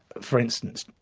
for instance,